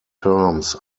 terms